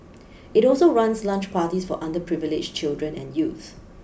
it also runs lunch parties for underprivileged children and youth